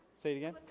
say it again.